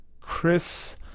Chris